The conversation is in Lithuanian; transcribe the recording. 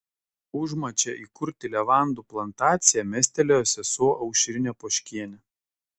užmačią įkurti levandų plantaciją mestelėjo sesuo aušrinė poškienė